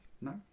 No